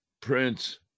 Prince